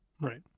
right